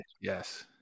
Yes